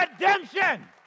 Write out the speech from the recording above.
redemption